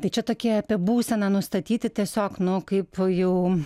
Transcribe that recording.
tai čia tokie apie būseną nustatyti tiesiog nu kaip jau